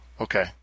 okay